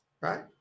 right